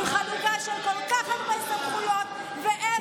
עם חלוקה של כל כך הרבה סמכויות ואפס